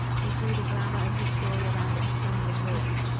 he threw the glamour of his story around its crumbling ruins.